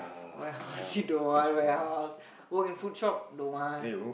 warehouse you don't want warehouse work in food shop don't want